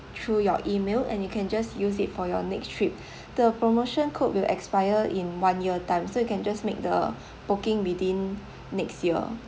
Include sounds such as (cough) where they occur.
through your email and you can just use it for your next trip (breath) the promotion code will expire in one year time so you can just make the booking within next year